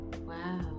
Wow